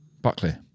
Buckley